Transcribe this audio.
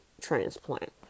transplant